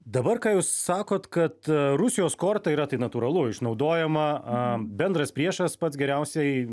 dabar ką jūs sakot kad rusijos korta yra tai natūralu išnaudojama bendras priešas pats geriausiai